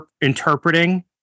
interpreting